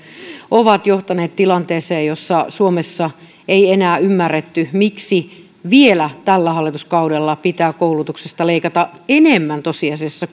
johtivat tilanteeseen jossa suomessa ei enää ymmärretty miksi vielä tällä hallituskaudella pitää koulutuksesta leikata tosiasiassa